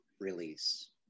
release